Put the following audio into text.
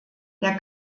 der